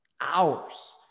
hours